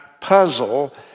puzzle